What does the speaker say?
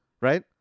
right